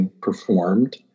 performed